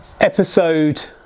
episode